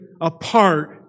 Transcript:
apart